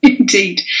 Indeed